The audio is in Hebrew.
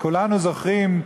כולנו זוכרים,